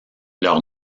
leur